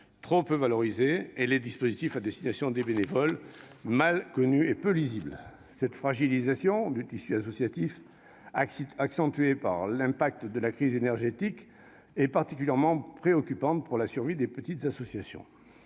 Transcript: trop peu valorisée, et les dispositifs à destination des bénévoles mal connus et peu lisibles. Cette fragilisation du tissu associatif, accentuée par l'impact de la crise énergétique sur les activités associatives, est particulièrement préoccupante pour la survie des petites associations.